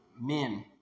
men